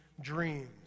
dreams